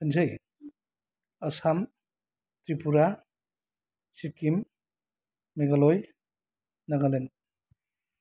होननोसै Assam Tripura Sikkim Meghalaya Nagaland